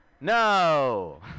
no